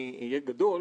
אדוני המנכ"ל